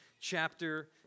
chapter